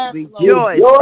rejoice